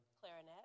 Clarinet